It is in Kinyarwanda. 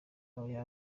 aba